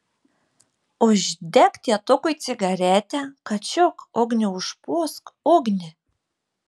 uždek tėtukui cigaretę kačiuk ugnį užpūsk ugnį